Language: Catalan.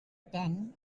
tant